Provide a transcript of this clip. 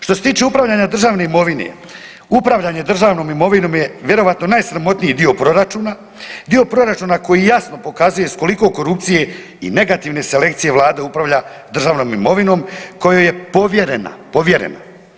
Što se tiče upravljanja u državnoj imovini, upravljanje državnom imovinom je vjerojatno najsramotniji dio proračuna, dio proračuna koji jasno pokazuje s koliko korupcije i negativne selekcije Vlade upravlja državnom imovinom kojoj je povjerena, povjerena.